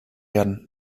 werden